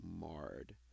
marred